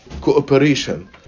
cooperation